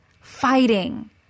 fighting